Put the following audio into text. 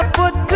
put